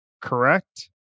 correct